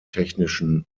technischen